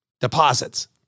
Deposits